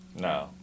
No